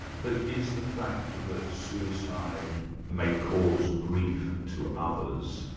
but is the fact that suicide may cause grief to others,